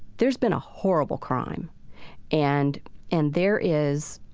there's been a horrible crime and and there is,